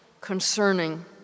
concerning